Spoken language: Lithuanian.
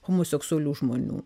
homoseksualių žmonių